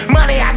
Money